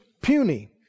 puny